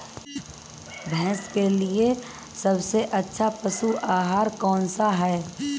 भैंस के लिए सबसे अच्छा पशु आहार कौनसा है?